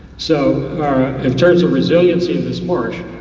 so in terms of resiliency in this marsh,